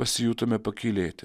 pasijutome pakylėti